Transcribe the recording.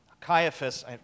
Caiaphas